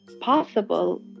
possible